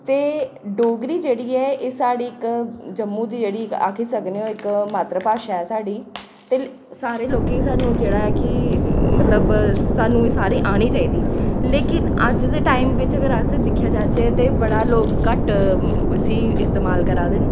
ते डोगरी जेह्ड़ी ऐ एह् साढ़ी इक जम्मू दी जेह्ड़ी इक आक्खी सकने आं इक मात्तर भाशा ऐ साढ़ी ते सारें लोकें गी स्हानूं जेह्ड़ा ऐ कि मतलब स्हानूं एह् सारें औनी चाहिदी लेकिन अज्ज दे टाइम बिच अगर अस दिक्खेआ जा ते बड़ा लोक घट्ट इसी इस्तेमाल करै दे न